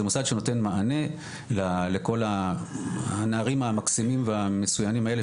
זה מוסד שנותן מענה לכל הנערים המקסימים והמצוינים האלה,